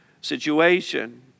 situation